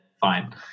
Fine